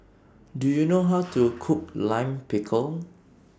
Do YOU know How to Cook Lime Pickle